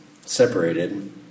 separated